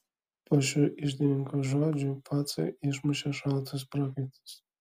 po šių iždininko žodžių pacą išmušė šaltas prakaitas